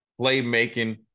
Playmaking